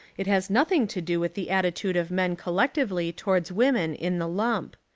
it has nothing to do with the attitude of men collectively towards women in the lump.